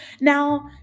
Now